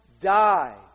die